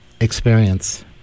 experience